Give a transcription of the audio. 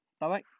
Bye-bye